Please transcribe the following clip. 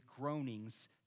groanings